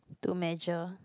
to measure